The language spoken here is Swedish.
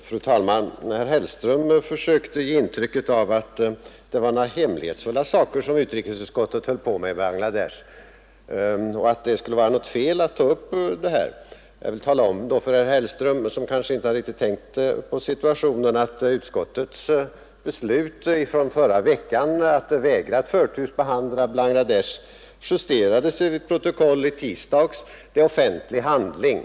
Fru talman! Herr Hellström försökte ge intrycket av att det var någonting hemlighetsfullt som utrikesutskottet höll på med om Bangladesh och att det skulle vara fel att ta upp den frågan här. Jag kan då tala om för herr Hellström, som kanske inte riktigt har tänkt över situationen, att protokollet över utskottets beslut från förra veckan att vägra förtursbehandla Bangladesh justerades i tisdags. Detta är nu en offentlig handling.